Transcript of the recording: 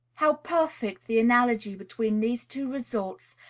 how perfect the analogy between these two results,